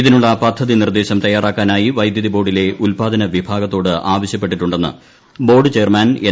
ഇതിനുള്ള പദ്ധതിനിർദേശം തയ്യാറാക്ക്ാനായി വൈദ്യുതിബോർഡിലെ ഉത്പാദനവിഭാഗത്തോട്ടൂ ആവശ്യപ്പെട്ടിട്ടുണ്ടെന്ന് ബോർഡ് ചെയർമാൻ എൻ